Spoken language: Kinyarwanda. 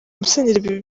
musenyeri